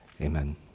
Amen